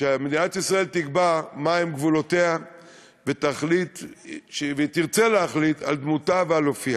שמדינת ישראל תקבע מה הם גבולותיה ותרצה להחליט על דמותה ועל אופייה.